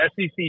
SEC